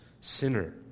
sinner